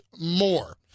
more